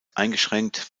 eingeschränkt